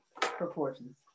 Proportions